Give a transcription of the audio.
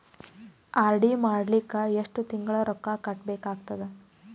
RD ಮಾಡಲಿಕ್ಕ ಎಷ್ಟು ತಿಂಗಳ ರೊಕ್ಕ ಕಟ್ಟಬೇಕಾಗತದ?